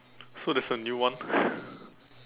so there's a new one